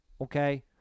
Okay